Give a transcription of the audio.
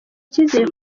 cyizere